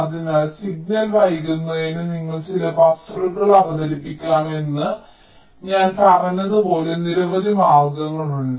അതിനാൽ സിഗ്നൽ വൈകുന്നതിന് നിങ്ങൾക്ക് ചില ബഫറുകൾ അവതരിപ്പിക്കാമെന്ന് ഞാൻ പറഞ്ഞതുപോലെ നിരവധി മാർഗങ്ങളുണ്ട്